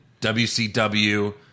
WCW